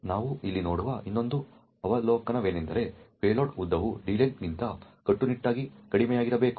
ನಾವು ಇಲ್ಲಿ ನೋಡುವ ಇನ್ನೊಂದು ಅವಲೋಕನವೆಂದರೆ ಪೇಲೋಡ್ ಉದ್ದವು d length ಗಿಂತ ಕಟ್ಟುನಿಟ್ಟಾಗಿ ಕಡಿಮೆಯಿರಬೇಕು